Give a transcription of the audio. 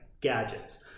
gadgets